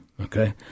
Okay